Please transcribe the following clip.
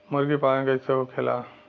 मुर्गी पालन कैसे होखेला?